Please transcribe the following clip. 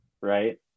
right